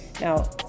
Now